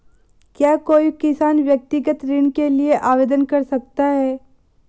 क्या कोई किसान व्यक्तिगत ऋण के लिए आवेदन कर सकता है?